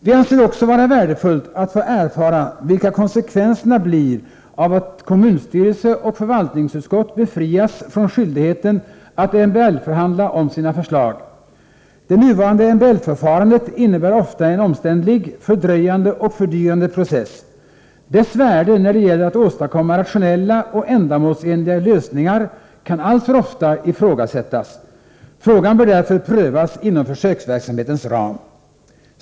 Vi anser det också vara värdefullt att få erfara vilka konsekvenserna blir av att kommunstyrelse och förvaltningsutskott befrias från skyldigheten att MBL-förhandla om sina förslag. Det nuvarande MBL-förfarandet innebär ofta en omständlig, fördröjande och fördyrande process. Dess värde när det gäller att åstadkomma rationella och ändamålsenliga lösningar kan alltför ofta ifrågasättas. Frågan bör därför prövas inom försöksverksamhetens ram.